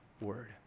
word